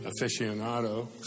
aficionado